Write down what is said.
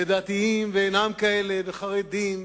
ודתיים ושאינם כאלה, וחרדים,